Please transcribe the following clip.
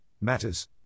matters